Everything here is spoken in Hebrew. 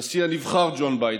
הנשיא הנבחר ג'ו ביידן,